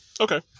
Okay